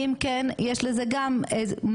כי אם כן יש לזה גם משמעויות,